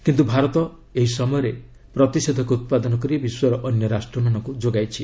କିନ୍ତୁ ଭାରତ ଏହି ସମୟରେ ପ୍ରତିଷେଧକ ଉତ୍ପାଦନ କରି ବିଶ୍ୱର ଅନ୍ୟ ରାଷ୍ଟ୍ରମାନଙ୍କୁ ଯୋଗାଇଛି